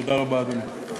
תודה רבה, אדוני.